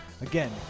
Again